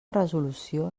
resolució